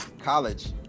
college